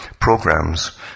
programs